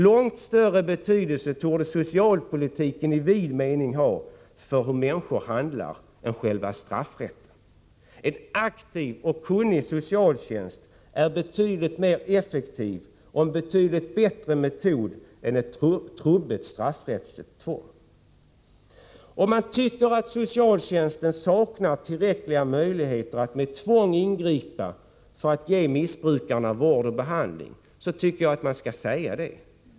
Långt större betydelse torde socialpolitiken i vid mening ha för människors handlande. En aktiv och kunnig socialtjänst är betydligt mer effektiv och en lämpligare metod än ett trubbigt straffrättsligt tvång. Om man tycker att socialtjänsten saknar tillräckliga möjligheter att med tvång ingripa för att ge missbrukarna vård och behandling, tycker jag att man skall säga det.